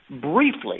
briefly